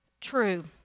true